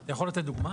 אתה יכול לתת דוגמה?